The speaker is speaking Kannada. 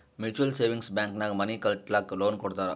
ಮ್ಯುಚುವಲ್ ಸೇವಿಂಗ್ಸ್ ಬ್ಯಾಂಕ್ ನಾಗ್ ಮನಿ ಕಟ್ಟಲಕ್ಕ್ ಲೋನ್ ಕೊಡ್ತಾರ್